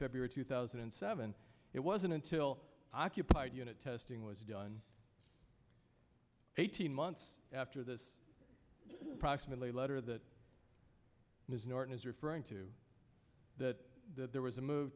february two thousand and seven it wasn't until occupied unit testing was done eighteen months after this approximately letter that ms norton is referring to that there was a move